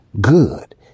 good